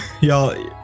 y'all